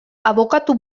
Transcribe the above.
abokatu